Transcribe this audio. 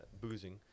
boozing